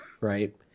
right